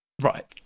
Right